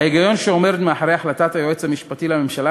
ההיגיון העומד מאחורי החלטת היועץ המשפטי לממשלה